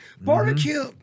Barbecue